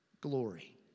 glory